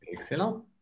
Excellent